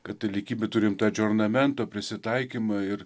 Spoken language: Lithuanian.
katalikybė turim tą džiornamento prisitaikymą ir